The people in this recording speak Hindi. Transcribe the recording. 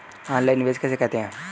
ऑनलाइन निवेश किसे कहते हैं?